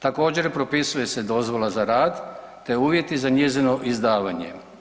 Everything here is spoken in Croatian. Također propisuje se dozvola za rad te uvjeti za njezino izdavanje.